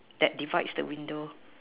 that divides the window